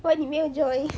why 你没有 join